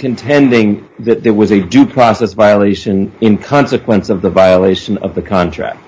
contending that there was a due process violation in consequence of the violation of the contract